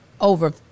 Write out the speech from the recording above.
over